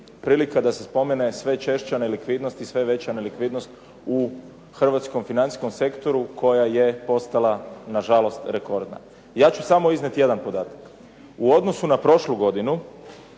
prilika da se spomene i sve češća nelikvidnost i sve veća nelikvidnost u hrvatskom financijskom sektoru koja je postala, nažalost, rekordna. Ja ću samo iznijeti jedan podatak. U odnosu na prošlu godinu